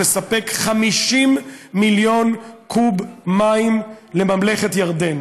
לספק 50 מיליון קוב מים לממלכת ירדן.